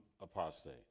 apostate